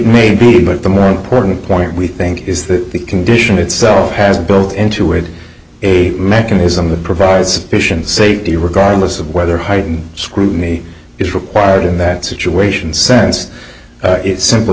may be but the more important point we think is that the condition itself has built into it a mechanism that provides safety regardless of whether heightened scrutiny is required in that situation sense it simply